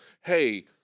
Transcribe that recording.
hey